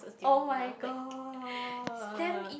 oh-my-god